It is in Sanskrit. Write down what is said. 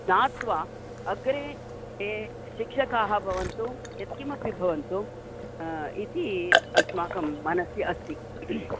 ज्ञात्वा अग्रे ये शिक्षकाः भवन्तु यत्किमपि भवन्तु इति अस्माकं मनसि अस्ति